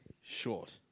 short